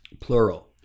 Plural